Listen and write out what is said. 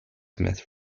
myth